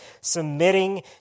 submitting